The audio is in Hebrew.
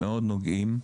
מאוד נוגעים.